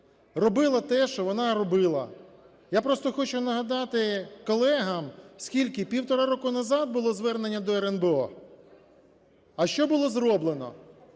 робила те, що вона робила. Я просто хочу нагадати колегам, скільки – півтора року назад було звернення до РНБО? А що було зроблено?